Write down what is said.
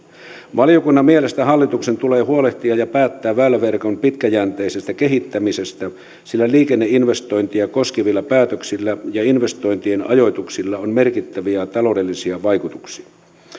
valiokunnan mielestä hallituksen tulee huolehtia ja päättää väyläverkon pitkäjänteisestä kehittämisestä sillä liikenneinvestointeja koskevilla päätöksillä ja investointien ajoituksilla on merkittäviä taloudellisia vaikutuksia